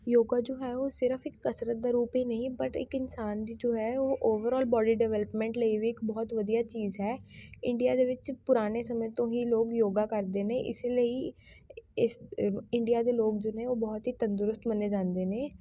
ਯੋਗਾ ਜੋ ਹੈ ਉਹ ਸਿਰਫ਼ ਇੱਕ ਕਸਰਤ ਦਾ ਰੂਪ ਹੀ ਨਹੀਂ ਬਟ ਇੱਕ ਇਨਸਾਨ ਦੀ ਜੋ ਹੈ ਉਹ ਓਵਰਔਲ ਬੌਡੀ ਡਿਵਲਪਮੈਂਟ ਲਈ ਵੀ ਇੱਕ ਬਹੁਤ ਵਧੀਆ ਚੀਜ਼ ਹੈ ਇੰਡੀਆਂ ਦੇ ਵਿੱਚ ਪੁਰਾਣੇ ਸਮੇਂ ਤੋਂ ਹੀ ਲੋਕ ਯੋਗਾ ਕਰਦੇ ਨੇ ਇਸ ਲਈ ਇਸ ਇੰਡੀਆ ਦੇ ਲੋਕ ਜੋ ਨੇ ਉਹ ਬਹੁਤ ਹੀ ਤੰਦਰੁਸਤ ਮੰਨੇ ਜਾਂਦੇ ਨੇ